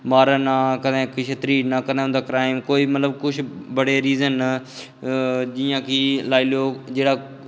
मारना कदैं किश तरीड़ना कदैं उं'दा क्राईंम मतलब कुछ मतलब बड़े रिज़न न जि'यां कि लाई लैओ जेह्ड़ा